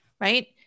Right